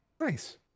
Nice